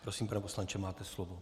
Prosím, pane poslanče, máte slovo.